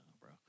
bro